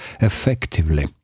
effectively